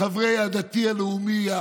לחברי הדתי הלאומי,